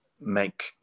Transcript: make